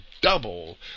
double